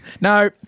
No